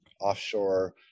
offshore